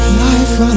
life